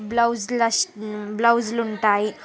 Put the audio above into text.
బ్లౌజులష్ బ్లౌజులు ఉంటాయి